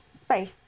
Space